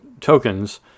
tokens